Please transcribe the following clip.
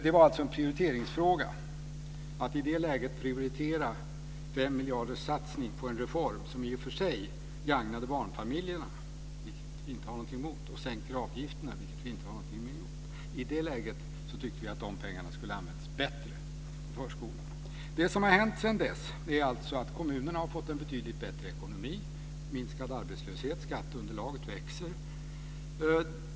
Det var en prioriteringsfråga att i det läget satsa 5 miljarder kronor på en reform som i och för sig gagnade barnfamiljer och sänkte avgifter - vilket vi inte har någonting emot. I det läget tyckte vi att de pengarna kunde användas bättre i förskolan. Kommunerna har sedan dess fått betydligt bättre ekonomi, minskad arbetslöshet och skatteunderlaget växer.